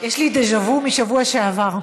יש לי דז'ה וו מהשבוע שעבר,